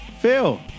Phil